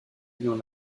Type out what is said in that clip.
dans